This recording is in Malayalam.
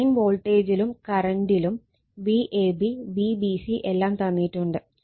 ലൈൻ വോൾട്ടേജിലും കറണ്ടിലും VabVbc എല്ലാം തന്നിട്ടുണ്ട്